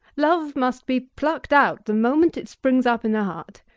love must be plucked out the moment it springs up in the heart.